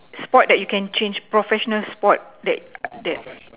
sport that you can change professional sport that that